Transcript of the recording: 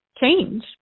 change